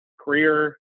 career